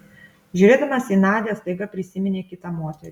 žiūrėdamas į nadią staiga prisiminė kitą moterį